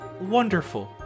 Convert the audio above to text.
wonderful